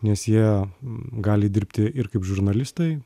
nes jie gali dirbti ir kaip žurnalistai